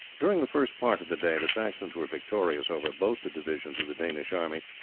during the first part of the day the saxons were victorious over both the divisions of the danish army,